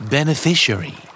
Beneficiary